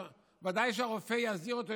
ודאי שהרופא יזהיר אותו,